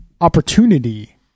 opportunity